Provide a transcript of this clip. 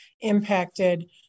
impacted